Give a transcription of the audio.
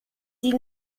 sie